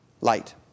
Light